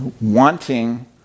wanting